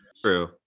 True